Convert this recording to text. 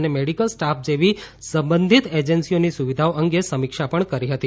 અને medical staff જેવી સંબંધિત એજન્સીઓની સુવિધાઓ અંગે સમીક્ષા કરી હતી